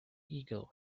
eagle